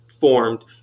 formed